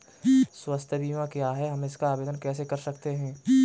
स्वास्थ्य बीमा क्या है हम इसका आवेदन कैसे कर सकते हैं?